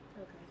Okay